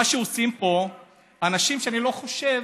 מה שעושים פה אנשים, אני לא חושב,